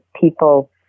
people